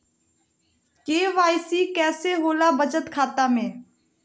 KYC कैसे होला बचत खाता में?